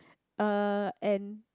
uh and